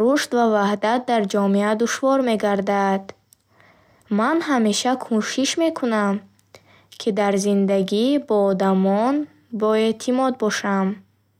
рушд ва ваҳдат дар ҷомеа душвор мегардад. Ман ҳамеша кӯшиш мекунам, ки дар зиндагӣ бо одамон бо эътмод бошам.